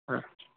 আচ্ছা